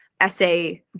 essay